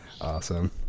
Awesome